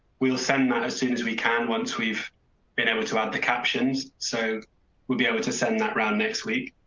we'll send that as soon as we can. once we've been able to add the captions, so will be able to send that round next week,